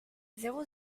zéro